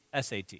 SAT